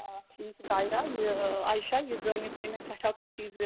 آ ٹھیٖک ظایرہ یہِ عایشہ یہِ زٲنِتھ گٔے مےٚ سٮ۪ٹھاہ خوشی زِ